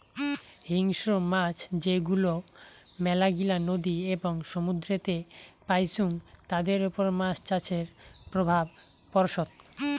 হিংস্র মাছ যেগুলো মেলাগিলা নদী এবং সমুদ্রেতে পাইচুঙ তাদের ওপর মাছ চাষের প্রভাব পড়সৎ